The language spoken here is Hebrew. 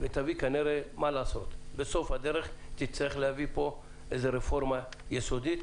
ותביא כנראה בסוף הדרך רפורמה יסודית